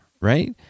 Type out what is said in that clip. right